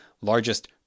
largest